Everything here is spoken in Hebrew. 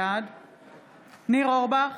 בעד ניר אורבך,